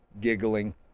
Giggling